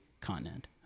continent